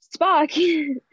Spock